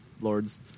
lords